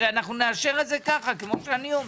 הרי אנחנו נאשר את זה ככה כמו שאני אומר.